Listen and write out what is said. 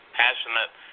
passionate